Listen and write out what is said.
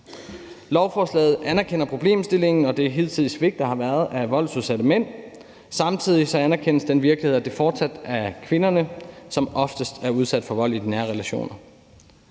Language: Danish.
Lovforslaget anerkender problemstillingen og det hidtidige svigt, der har været af voldsudsatte mænd. Samtidig anerkendes den virkelighed, at det fortsat er kvinderne, som oftest er udsat for vold i de nære relationer.